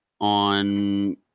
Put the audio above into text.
on